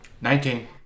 Nineteen